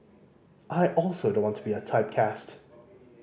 I also don't want to be typecast